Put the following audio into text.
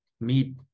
meet